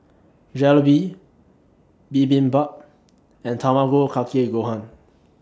Jalebi Bibimbap and Tamago Kake Gohan